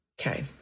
Okay